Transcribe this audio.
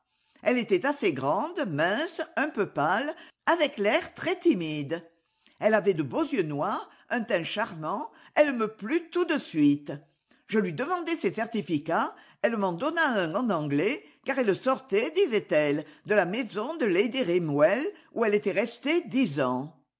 elle était assez grande mince un peu pâle avec l'air très timide elle avait de beaux yeux noirs un teint charmant elle me plut tout de suite je lui demandai ses certificats elle m'en donna un en anglais car elle sortait disait-elle de la maison de ladv rymwell où elle était restée dix ans